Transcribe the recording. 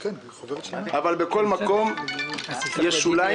אבל בכל מקום יש שוליים,